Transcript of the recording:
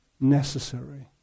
necessary